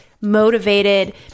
motivated